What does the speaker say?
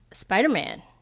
Spider-Man